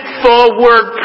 forward